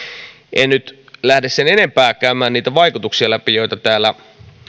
en nyt lähde sen enempää käymään läpi niitä vaikutuksia joita täällä